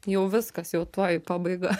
jau viskas jau tuoj pabaiga